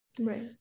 right